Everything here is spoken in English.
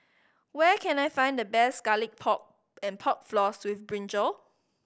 where can I find the best Garlic Pork and Pork Floss with brinjal